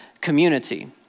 community